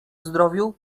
zdrowiu